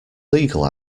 legal